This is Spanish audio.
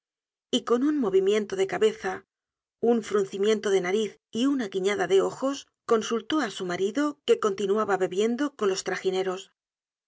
y con un movimiento de cabeza un fruncimiento de nariz y una guiñada de ojos consultó á su marido que continuaba bebiendo con los